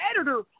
editor